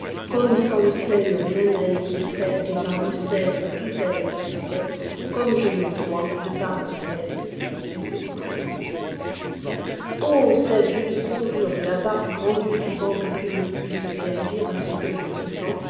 comme sans le sel rien n'a été fait t par le sel tout a été fait comme je le crois de par le père etc a sel je te conjure de la part du grand dieu vivant que tu me puisses servir à ce que je prétends